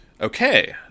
Okay